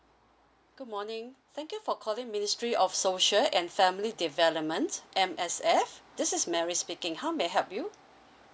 good morning thank you for calling ministry of social and family development M_S_F this is mary speaking how may I help you